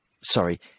sorry